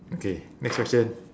okay next question